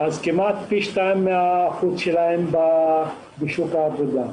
כמעט פי שניים מהשיעור שלהם בשוק העבודה.